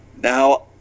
Now